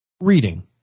reading